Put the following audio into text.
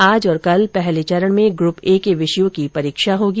आज और कल पहले चरण में ग्रुप ए के विषयों के परीक्षा होगी